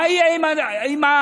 מה יהיה עם העובר,